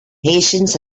patients